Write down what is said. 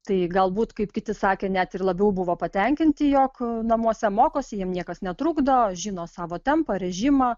tai galbūt kaip kiti sakė net labiau buvo patenkinti jog namuose mokosi jiem niekas netrukdo žino savo tempą režimą